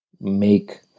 make